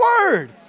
Word